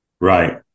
Right